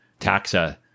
taxa